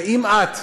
ואם את,